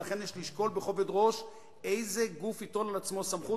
ולכן יש לשקול בכובד ראש איזה גוף ייטול על עצמו סמכות